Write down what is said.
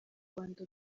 rwanda